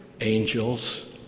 angels